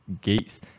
Gates